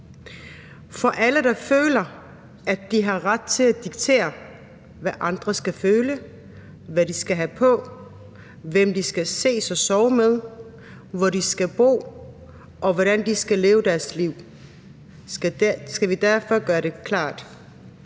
For alle der føler, at de har ret til at diktere, hvad andre skal føle, hvad de skal have på, hvem de skal ses og sove med, hvor de skal bo, og hvordan de skal leve deres liv, skal vi derfor gøre det klart: